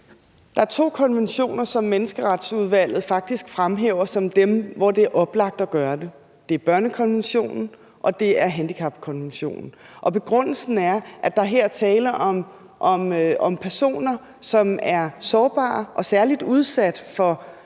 Der er to konventioner, som Menneskeretsudvalget faktisk fremhæver som nogle, hvor det er oplagt at gøre det. Det er børnekonventionen, og det er handicapkonventionen. Og begrundelsen er, at der her er tale om personer, som er sårbare og særlig udsat for